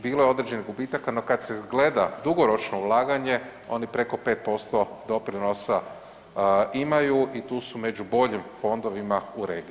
Bilo je određenih gubitaka, no kad se zgleda dugoročno ulaganje on je preko 5% doprinosa imaju i tu su među boljim fondovima u regiji.